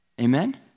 Amen